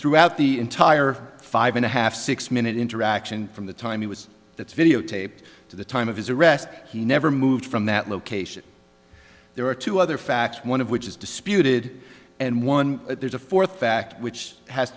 throughout the entire five and a half six minute interaction from the time he was that's videotaped to the time of his arrest he never moved from that location there are two other facts one of which is disputed and one there's a fourth fact which has